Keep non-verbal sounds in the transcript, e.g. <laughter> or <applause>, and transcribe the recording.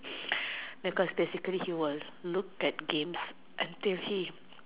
<noise> because basically he was look at games until he